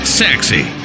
sexy